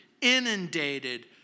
inundated